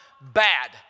bad